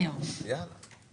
יש 54 רשויות פיקוח.